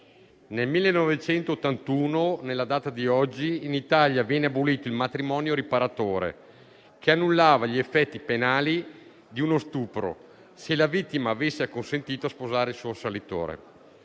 nel 1981, in Italia, venne abolito il matrimonio riparatore, che annullava gli effetti penali di uno stupro, se la vittima avesse acconsentito a sposare il suo assalitore.